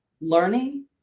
learning